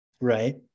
Right